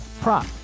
prop